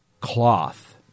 cloth